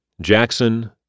Jackson